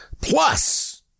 plus